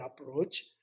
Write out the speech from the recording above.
approach